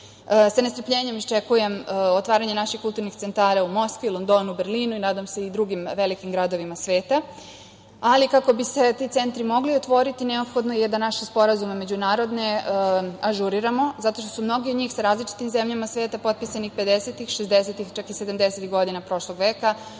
nestrpljenjem iščekujem otvaranje naših kulturnih centara u Moskvi, Londonu, Berlinu i nadam se i drugim velikim gradovima sveta, ali kako bi se ti centri mogli otvoriti, neophodno je da naše međunarodne sporazume ažuriramo, zato što su mnogi od njih sa različitim zemljama sveta potpisani 50-ih, 60-ih, čak i 70-ih godina prošlog veka,